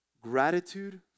Gratitude